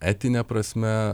etine prasme